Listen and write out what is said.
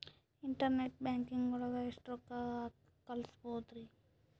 Internet banking ಒಳಗೆ ಎಷ್ಟ್ ರೊಕ್ಕ ಕಲ್ಸ್ಬೋದ್ ರಿ?